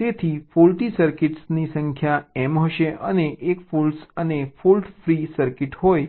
તેથી તે ફોલ્ટી સર્કિટની સંખ્યા m હશે અને એક ફોલ્ટી અને એક ફોલ્ટ ફ્રી સર્કિટ હશે